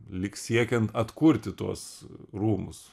lyg siekiant atkurti tuos rūmus